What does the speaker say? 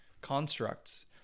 constructs